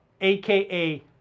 aka